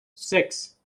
six